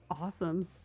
awesome